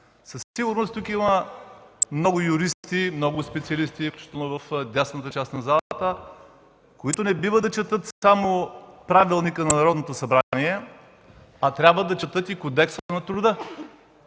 Със сигурност тук има много юристи, много специалисти, особено в дясната част на залата, които не бива да четат само правилника на Народното събрание, а трябва да четат и Кодекса на труда.